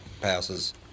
passes